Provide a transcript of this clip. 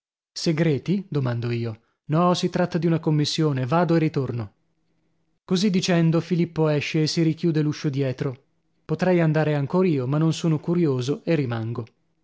segreti domando io no si tratta di una commissione vado e ritorno così dicendo filippo esce e si richiude l'uscio dietro potrei andare ancor io ma non sono curioso e rimango